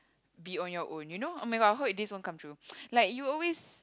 be on your own you know oh-my-god I hope this won't come true like you always